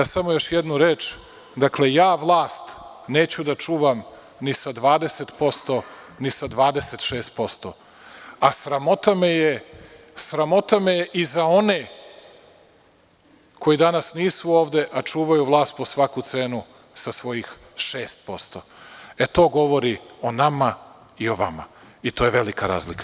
Samo još jednu reč, ja vlast neću da čuvam ni sa 20% ni sa 26%, a sramota me je i za one koji danas nisu ovde, a čuvaju vlast po svaku cenu sa svojih 6%, e to govori i o nama i o vama i to je velika razlika.